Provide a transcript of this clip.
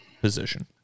position